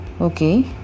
Okay